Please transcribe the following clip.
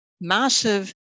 massive